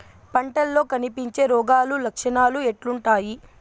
పంటల్లో కనిపించే రోగాలు లక్షణాలు ఎట్లుంటాయి?